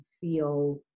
feel